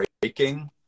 breaking